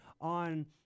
on